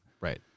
Right